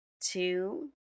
two